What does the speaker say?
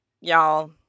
y'all